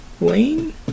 lane